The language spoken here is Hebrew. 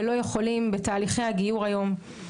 ולא יכולים בתהליכי הגיור היום.